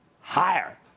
Higher